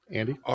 Andy